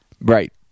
Right